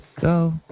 go